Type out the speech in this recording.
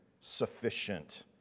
sufficient